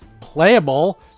playable